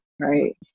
right